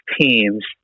teams